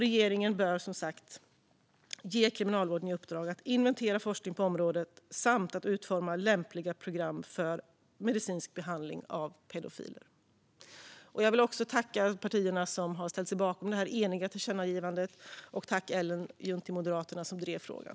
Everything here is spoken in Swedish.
Regeringen bör som sagt ge Kriminalvården i uppdrag att inventera forskning på området samt utforma lämpliga program för medicinsk behandling av pedofiler. Jag vill också tacka partierna som har ställt sig bakom det eniga tillkännagivandet. Och jag tackar Ellen Juntti, Moderaterna, som drev frågan.